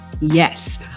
Yes